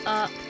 up